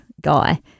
guy